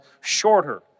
shorter